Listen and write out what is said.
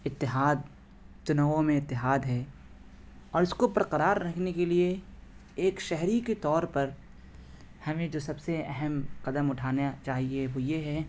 اتحاد تنوع میں اتحاد ہے اور اس کو پرقرار رکھنے کے لیے ایک شہری کے طور پر ہمیں جو سب سے اہم قدم اٹھانا چاہیے وہ یہ ہے